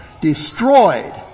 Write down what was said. Destroyed